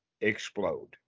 explode